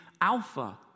Alpha